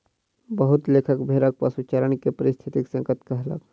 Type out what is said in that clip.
बहुत लेखक भेड़क पशुचारण के पारिस्थितिक संकट कहलक